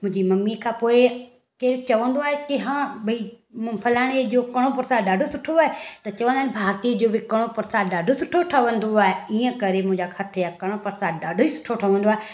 मुंहिंजी मम्मी खां पोइ केर चवंदो आहे की हा भई म फलाणे जो कड़ों प्रसाद ॾाढो सुठो आहे त चवंदा आहिनि भारती जो बि कड़ों प्रसाद ॾाढो सुठो ठहंदो आहे ईअं करे मुंहिंजे हथ जा कड़ों प्रसाद ॾाढो ई सुठो ठहंदो आहे